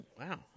Wow